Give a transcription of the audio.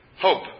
hope